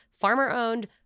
Farmer-owned